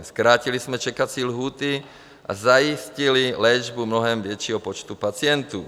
Zkrátili jsme čekací lhůty a zajistili léčbu mnohem většího počtu pacientů.